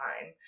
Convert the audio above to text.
time